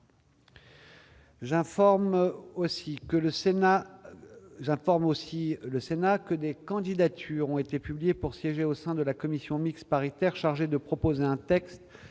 J'informe le Sénat que des candidatures ont été publiées pour siéger au sein de la commission mixte paritaire chargée de proposer un texte